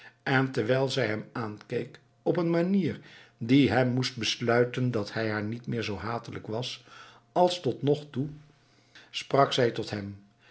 en terwijl zij hem aankeek op een manier die hem moest doen besluiten dat hij haar niet meer zoo hatelijk was als tot nog toe sprak zij tot hem